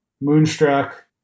moonstruck